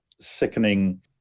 sickening